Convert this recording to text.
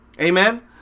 Amen